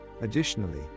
Additionally